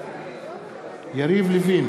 בעד יריב לוין,